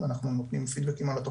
אני אגיד פה עכשיו כמה פילוחים.